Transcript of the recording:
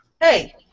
Hey